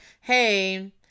hey